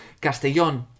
Castellón